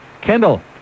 Kendall